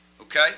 Okay